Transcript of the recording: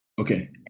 Okay